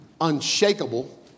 unshakable